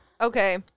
Okay